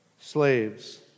slaves